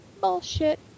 Bullshit